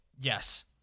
Yes